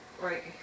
Right